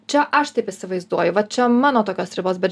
čia aš taip įsivaizduoju va čia mano tokios ribos bet